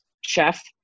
chef